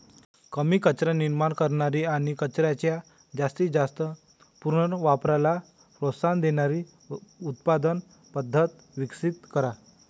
कमी कचरा निर्माण करणारी आणि कचऱ्याच्या जास्तीत जास्त पुनर्वापराला प्रोत्साहन देणारी उत्पादन पद्धत विकसित करा